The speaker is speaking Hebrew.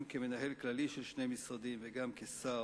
גם כמנהל כללי של שני משרדים וגם כשר,